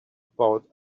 about